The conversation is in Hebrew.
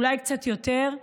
אולי קצת יותר,